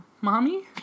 Mommy